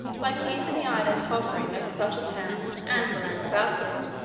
by keeping the island hovering over such a town, and the lands about it,